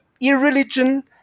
irreligion